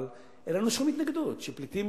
אבל אין לנו שום התנגדות שפליטים